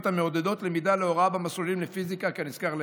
המעודדות למידה להוראה במסלולים לפיזיקה כנזכר לעיל.